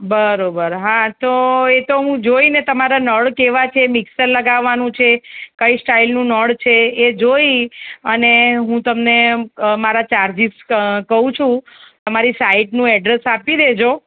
બરાબર હા તો એ તો હું જોઇને તમારા નળ કેવા છે મિક્સર લગાવવાનું છે કઈ સ્ટાઇલનુ નળ છે એ જોઈ અને હું તમને મારા ચાર્જીસ કહું છુ તમારી સાઈટનું એડ્રેસ આપી દેજો